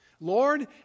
Lord